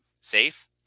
safe